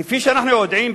כפי שאנחנו יודעים,